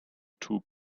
two